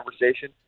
conversation